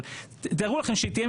אבל תארו לעצמכם שתהיה